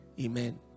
Amen